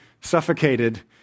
suffocated